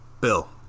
Bill